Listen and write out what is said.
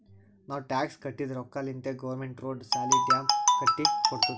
ನಾವ್ ಟ್ಯಾಕ್ಸ್ ಕಟ್ಟಿದ್ ರೊಕ್ಕಾಲಿಂತೆ ಗೌರ್ಮೆಂಟ್ ರೋಡ್, ಸಾಲಿ, ಡ್ಯಾಮ್ ಕಟ್ಟಿ ಕೊಡ್ತುದ್